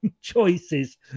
choices